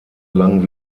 lang